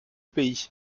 pays